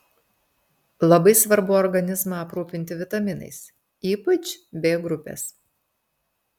labai svarbu organizmą aprūpinti vitaminais ypač b grupės